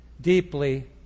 deeply